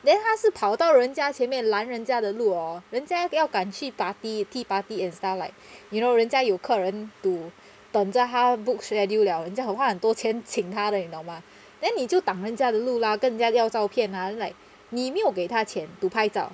then 他是跑到人家前面拦人家的路哦人家要赶去 party tea party and stuff like you know 人家有客人 to 等着他 book schedule 了人家花很多钱请他的你懂吗 then 你就挡人家的路 lah 跟人家要照片 lah then like 你没有给他钱 to 拍照